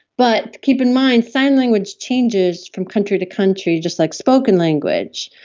but keep in mind sign language changes from country to country, just like spoken language,